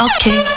Okay